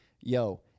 yo